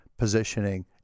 positioning